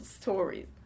stories